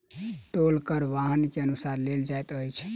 टोल कर वाहन के अनुसार लेल जाइत अछि